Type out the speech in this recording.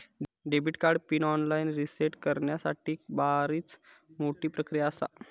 debit card pin online reset करण्यासाठीक बरीच मोठी प्रक्रिया आसा